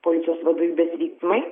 policijos vadovybės veiksmai